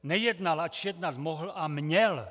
Nejednal, ač jednat mohl a měl.